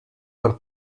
per